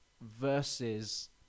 versus